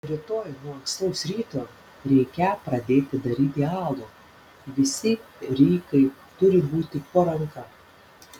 rytoj nuo ankstaus ryto reikią pradėti daryti alų visi rykai turi būti po ranka